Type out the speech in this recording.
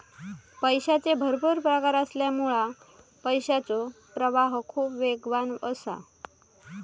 पैशाचे भरपुर प्रकार असल्यामुळा पैशाचो प्रवाह खूप वेगवान असा